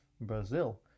Brazil